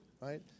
right